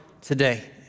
today